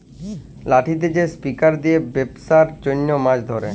লাঠিতে যে স্পিয়ার দিয়ে বেপসার জনহ মাছ ধরে